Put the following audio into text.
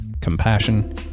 compassion